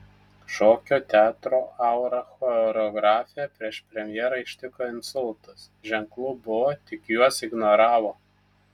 šokio teatro aura choreografę prieš premjerą ištiko insultas ženklų buvo tik juos ignoravo